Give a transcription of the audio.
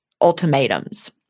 ultimatums